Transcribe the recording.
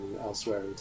elsewhere